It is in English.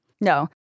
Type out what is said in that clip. No